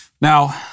Now